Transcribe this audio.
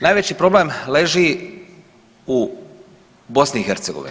Najveći problem leži u BiH.